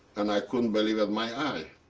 and i couldn't believe my eye.